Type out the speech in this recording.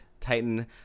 Titan